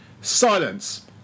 Silence